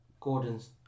Gordon's